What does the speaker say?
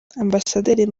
ambasaderi